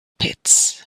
pits